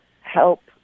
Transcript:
help